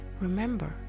Remember